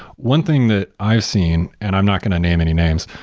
one thing that i've seen and i'm not going to name any names,